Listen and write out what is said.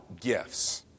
gifts